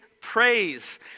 praise